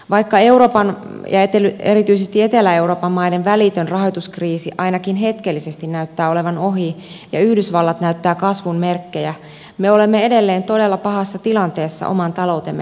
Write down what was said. vaikka euroopan ja erityisesti etelä euroopan maiden välitön rahoituskriisi ainakin hetkellisesti näyttää olevan ohi ja yhdysvallat näyttää kasvun merkkejä me olemme edelleen todella pahassa tilanteessa oman taloutemme kanssa